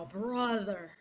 brother